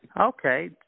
Okay